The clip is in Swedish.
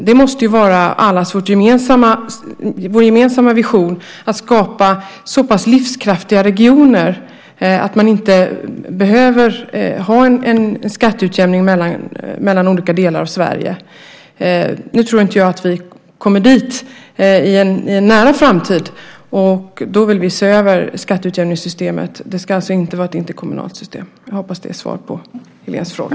Det måste ju vara allas vår gemensamma vision att skapa så pass livskraftiga regioner att man inte behöver ha en skatteutjämning mellan olika delar av Sverige. Jag tror inte att vi kommer dit i en nära framtid. Då vill vi se över skatteutjämningssystemet. Det ska alltså inte vara ett interkommunalt system. Jag hoppas det är svar på Helenes fråga.